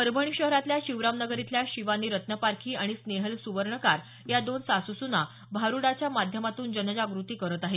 परभणी शहरातल्या शिवराम नगर इथल्या शिवानी रत्नपारखी आणि स्नेहल सुवर्णकार या दोन सासू सुना भारूडाच्या माध्यमातून जनजागृती करत आहेत